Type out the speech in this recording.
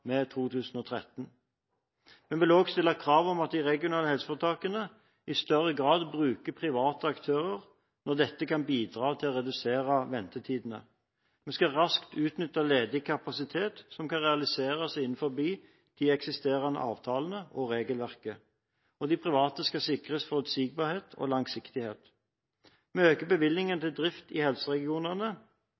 med 2013. Vi vil også stille krav om at de regionale helseforetakene i større grad bruker private aktører når dette kan bidra til å redusere ventetidene. Vi skal raskt utnytte ledig kapasitet som kan realiseres innenfor eksisterende avtaler og regelverk. De private skal sikres forutsigbarhet og langsiktighet. Vi øker bevilgningen til drift i helseregionene